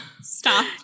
Stop